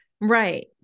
Right